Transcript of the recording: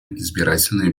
избирательные